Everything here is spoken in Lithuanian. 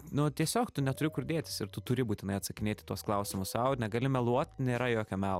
nu tiesiog tu neturi kur dėtis ir tu turi būtinai atsakinėt į tuos klausimus sau ir negali meluot nėra jokio melo